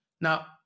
Now